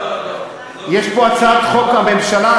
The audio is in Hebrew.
יש פה הצעת חוק של הממשלה,